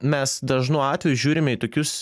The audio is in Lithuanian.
mes dažnu atveju žiūrime į tokius